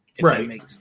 Right